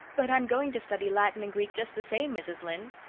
but i'm going to study latin and greek just the same, mrs. lynde,